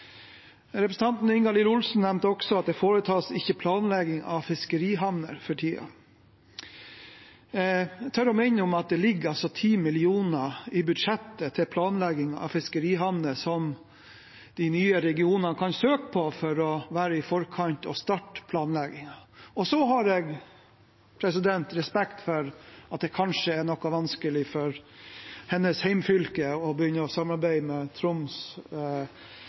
Representanten Ingalill Olsen nevnte også at det ikke foretas planlegging av fiskerihavner for tiden. Jeg tør å minne om at det ligger 10 mill. kr i budsjettet til planlegging av fiskerihavner, som de nye regionene kan søke på for å være i forkant og starte planleggingen. Så har jeg respekt for at det kanskje er noe vanskelig for hennes hjemfylke å begynne å samarbeide med Troms